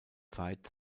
zeit